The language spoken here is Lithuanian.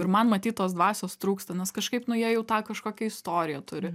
ir man matyt tos dvasios trūksta nes kažkaip nu jie jau tą kažkokią istoriją turi